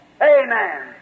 Amen